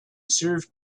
serve